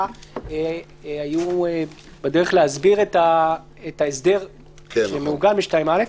היו בדרך להסביר את ההסדר שמעוגן ב-2(א).